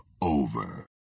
over